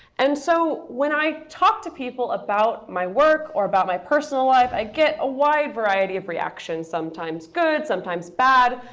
and so when i talk to people about my work or about my personal life, i get a wide variety of reactions, sometimes good, sometimes bad,